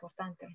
importante